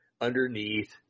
underneath